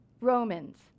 Romans